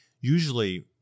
usually